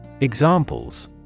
Examples